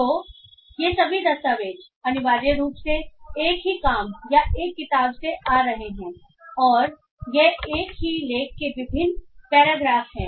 तो ये सभी दस्तावेज अनिवार्य रूप से एक ही काम या एक किताब से आ रहे हैं और ये एक ही लेख के विभिन्न पैराग्राफ हैं